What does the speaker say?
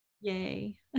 yay